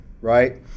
right